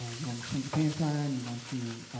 ah you want to change a payment plan, you want to,